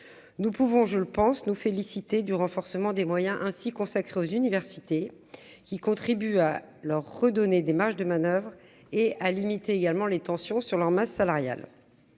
Nous pouvons, je le pense, nous féliciter du renforcement des moyens ainsi consacrés aux universités, qui contribue à leur redonner des marges de manoeuvre et à limiter les tensions sur leur masse salariale.